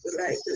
right